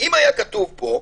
אם היה כתוב פה,